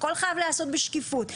הכל חייב להיעשות בשקיפות.